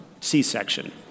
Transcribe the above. C-section